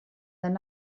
their